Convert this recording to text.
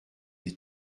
des